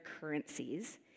currencies